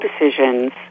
decisions